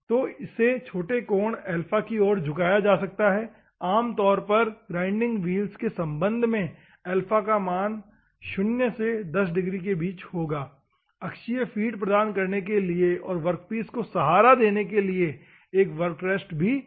तो इसे छोटे कोण अल्फा की ओर झुकाया जा सकता है आमतौर पर ग्राइंडिंग व्हील के संबंध में अल्फा का मान 0 से 10 डिग्री के बीच होगा अक्षीय फ़ीड प्रदान करने के लिए और वर्कपीस सहारा देने के लिए एक वर्क रेस्ट भी प्रदान किया जाएगा